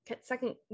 second